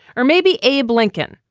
or maybe abe lincoln.